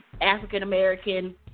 African-American